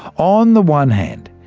on the one hand,